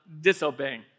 disobeying